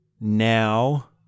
now